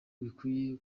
bikwiye